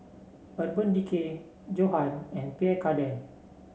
Urban Decay Johan and Pierre Cardin